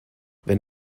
wenn